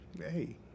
Hey